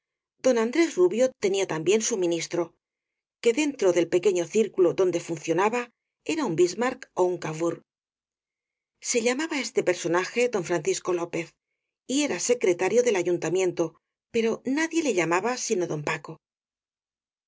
don andrés rubio tenía también su mi nistro que dentro del pequeño círculo donde funcionaba era un bismark ó un cavour se lla maba este personaje don francisco lópez y era secretario del ayuntamiento pero nadie le llamaba sino don paco